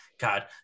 god